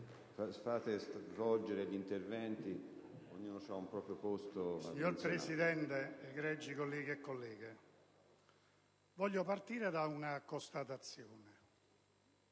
Signor Presidente, egregi colleghi e colleghe, mi sia consentito partire da una constatazione: